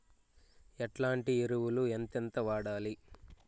ఎట్లాంటి ఎరువులు ఎంతెంత వాడాలి?